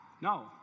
No